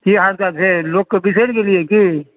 की हाल चाल छै लोककेँ बिसरि गेलियै की